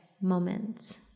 moments